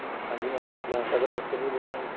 ਹਾਂ ਹਾਂਜੀ ma'am Gyan Sagar hospital ਤੋਂ ਬੋਲ ਰਿਹਾ ਜੀ